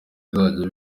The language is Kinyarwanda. bizajya